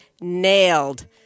nailed